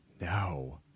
No